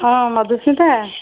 ହଁ ମଧୁସ୍ମିତା